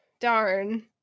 darn